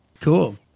Cool